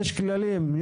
יש כללים,